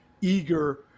eager